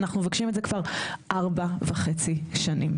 אנחנו מבקשים את זה כבר ארבע וחצי שנים.